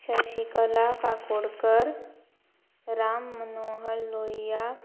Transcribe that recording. Shashikala Kakodkar Ram Manohar Lohia